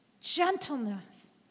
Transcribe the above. Gentleness